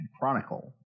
chronicle